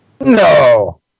No